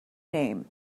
name